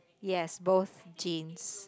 yes both jeans